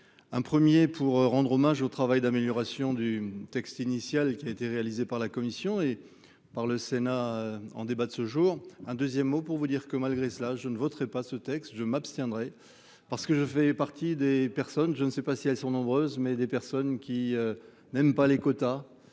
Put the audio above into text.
un premier pour rendre hommage au travail d'amélioration du texte initial qui a été réalisé par la Commission et par le Sénat en débat de ce jour un 2ème mot pour vous dire que, malgré cela je ne voterais pas ce texte, je m'abstiendrai. Parce que je fais partie des personnes je ne sais pas si elles sont nombreuses, mais des personnes qui n'aime pas les quotas,